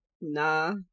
Nah